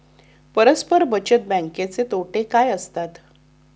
परस्पर बचत बँकेचे तोटे काय असतात?